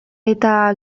eta